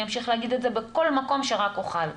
אמשיך להגיד את זה בכל מקום שרק אוכל,